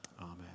Amen